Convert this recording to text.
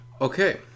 Okay